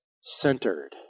centered